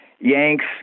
Yanks